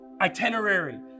itinerary